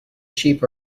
sheep